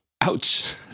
ouch